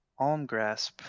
Almgrasp